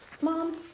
Mom